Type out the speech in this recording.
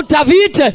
David